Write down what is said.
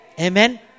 Amen